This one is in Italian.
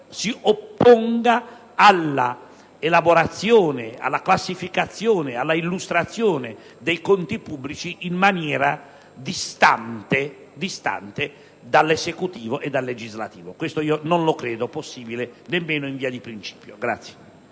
si opponga all'elaborazione, alla classificazione e alla illustrazione dei conti pubblici in maniera distante dall'Esecutivo e dal Legislativo. Non credo che ciò sia possibile, nemmeno in via di principio.